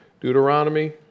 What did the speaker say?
Deuteronomy